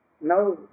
now